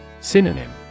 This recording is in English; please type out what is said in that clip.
Synonym